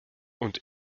und